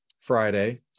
Friday